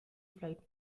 flight